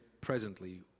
presently